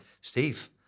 Steve